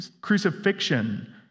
crucifixion